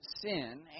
sin